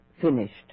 finished